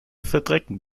verdrecken